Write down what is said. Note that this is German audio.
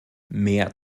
mehr